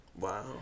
Wow